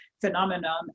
phenomenon